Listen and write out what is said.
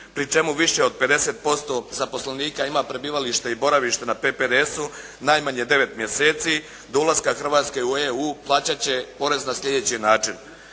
pri čemu više od 50% zaposlenika ima prebivalište i boravište na PPDS-u najmanje devet mjeseci, do ulaska Hrvatske u EU plaćat će porez na sljedeći način.